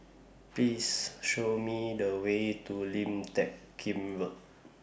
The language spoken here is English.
Please Show Me The Way to Lim Teck Kim Road